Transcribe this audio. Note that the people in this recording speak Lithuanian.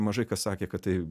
mažai kas sakė kad tai